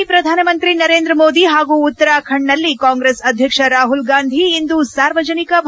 ಒಡಿಶಾದಲ್ಲಿ ಪ್ರಧಾನಮಂತ್ರಿ ನರೇಂದ್ರಮೋದಿ ಹಾಗೂ ಉತ್ತರಾಖಂಡ್ನಲ್ಲಿ ಕಾಂಗ್ರೆಸ್ ಅಧ್ಯಕ್ಷ ರಾಹುಲ್ಗಾಂಧಿ ಇಂದು ಸಾರ್ವಜನಿಕ ಭಾಷಣ